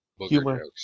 humor